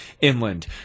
inland